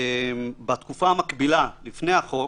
בתקופה המקבילה לפני החוק